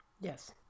Yes